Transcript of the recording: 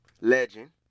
Legend